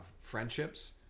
friendships